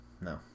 No